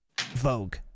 vogue